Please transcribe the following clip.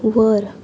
वर